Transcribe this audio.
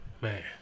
Man